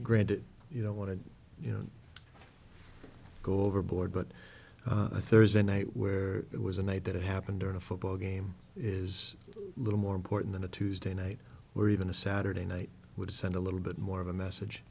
granted you don't want to you know go overboard but i thursday night where it was a night that happened during a football game is a little more important than a tuesday night or even a saturday night would send a little bit more of a message